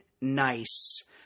nice